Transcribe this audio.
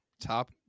top